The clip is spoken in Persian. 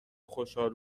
خشحال